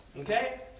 okay